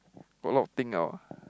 put a lot of thing [liao] ah